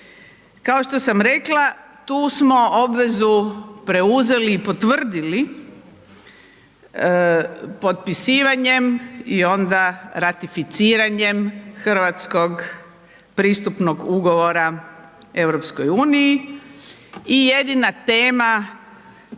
Kao što sam rekla, tu smo obvezu preuzeli i potvrdili potpisivanjem i onda ratificiranjem hrvatskog pristupnog ugovora EU i jedina tema